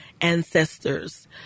ancestors